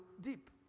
deep